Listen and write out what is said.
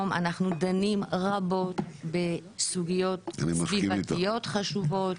אנחנו דנים רבות בסוגיות סביבתיות חשובות.